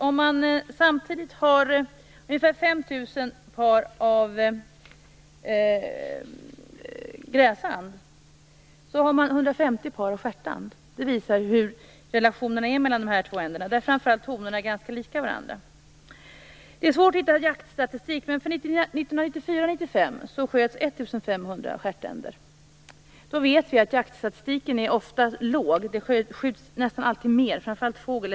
Om där finns ungefär 5 000 par gräsand finns samtidigt 150 par stjärtand. Det visar hur relationerna är mellan de två änderna, där framför allt honorna är ganska lika varandra. Det är svårt att hitta jaktstatistik, men 1994-1995 sköts 1 500 stjärtänder. Då vet vi att jaktstatistiken ofta är låg, dvs. att det nästan alltid skjuts mer, framför allt fågel.